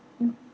mm